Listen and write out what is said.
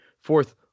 fourth